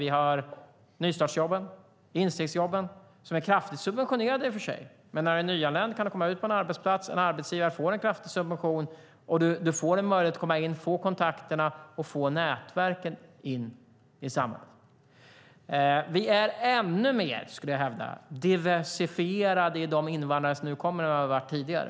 Vi har nystartsjobben och instegsjobben som i och för sig är kraftigt subventionerade, men det innebär att en nyanländ kan komma ut på en arbetsplats och få en möjlighet att få kontakter och nätverk in i samhället. Vi är ännu mer, skulle jag hävda, diversifierade när det gäller de invandrare som kommer nu än vad vi har varit tidigare.